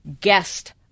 guest